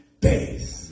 base